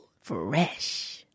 Fresh